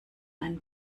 ein